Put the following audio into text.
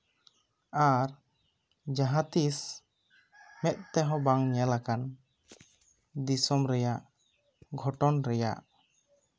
ᱟᱨ ᱡᱟᱦᱟᱸᱛᱤᱥ ᱢᱮᱸᱫ ᱛᱮᱦᱚᱸ ᱵᱟᱝ ᱧᱮᱞᱟᱠᱟᱱ ᱫᱤᱥᱚᱢ ᱨᱮᱭᱟᱜ ᱜᱷᱚᱴᱚᱱ ᱨᱮᱭᱟᱜ